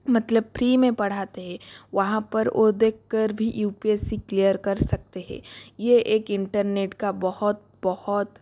मतलब फ्री में पढ़ाते है वहाँ पर ओ देखकर भी U P S C clear कर सकते है ये एक इंटरनेट का बहुत बहुत